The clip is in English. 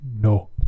No